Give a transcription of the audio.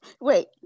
Wait